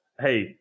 hey